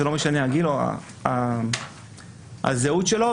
זה לא משנה הגיל או הזהות שלו,